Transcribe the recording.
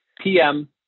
pm